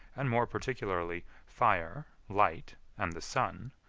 and more particularly fire, light, and the sun,